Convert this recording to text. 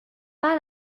pas